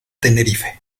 tenerife